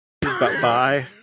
bye